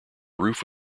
roof